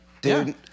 dude